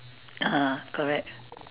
(uh huh) correct